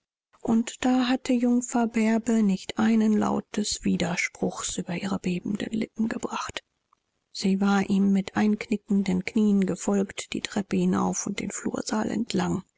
und da hatte jungfer bärbe nicht einen laut des widerspruchs über ihre bebenden lippen gebracht sie war ihm mit einknickenden knieen gefolgt die treppe hinauf und den flursaal entlang